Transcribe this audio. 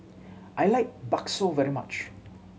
I like bakso very much